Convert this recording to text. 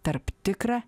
tarp tikra